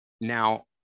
Now